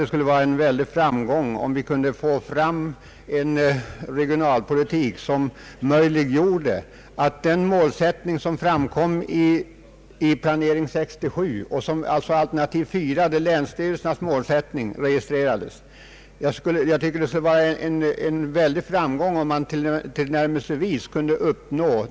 Det skulle vara en mycket stor framgång om vi kunde få en regionalpolitik som möjliggjorde att den målsättning som framkom i alternativ 4 i Länsplanering 1967, det vill säga länsstyrelsernas målsättning, tillnärmelsevis kunde uppnås.